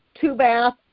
two-bath